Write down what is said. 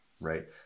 right